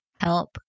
help